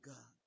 God